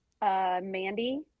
Mandy